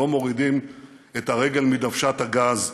לא מורידים את הרגל מדוושת הגז,